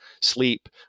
sleep